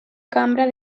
cambra